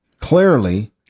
clearly